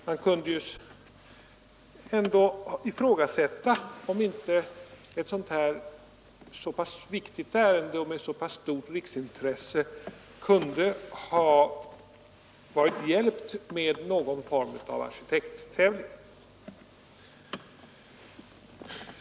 Man kan nämligen ifrågasätta, om inte ett så viktigt ärende och en fråga av så pass stort riksintresse kunde ha varit hjälpt med någon form av arkitekttävling.